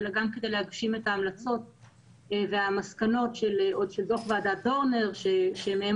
אלא גם כדי להגשים את ההמלצות והמסקנות עוד של דוח ועדת דורנר שמהם